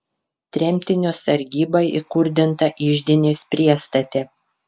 tremtinio sargyba įkurdinta iždinės priestate